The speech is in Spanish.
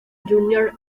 journal